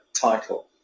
title